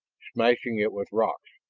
smashing it with rocks,